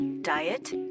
Diet